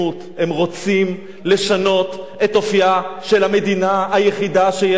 הם רוצים לשנות את אופיה של המדינה היחידה שיש לנו.